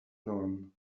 none